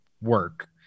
work